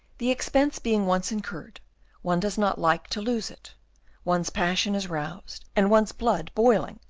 the expense being once incurred one does not like to lose it one's passion is roused, and one's blood boiling,